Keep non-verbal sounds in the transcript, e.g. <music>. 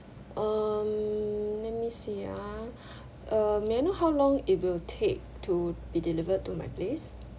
um let me see ah <breath> uh may I know how long it will take to be delivered to my place